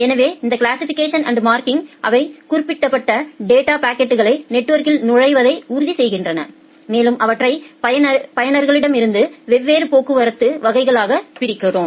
எனவே இந்த classification and marking அவை குறிக்கப்பட்ட டேட்டா பாக்கெட்கள் நெட்வொர்க்கில் நுழைவதை உறுதிசெய்கின்றன மேலும் அவற்றை பயனர்களிடமிருந்து வெவ்வேறு போக்குவரத்து வகைகளாக பிரிக்கிறோம்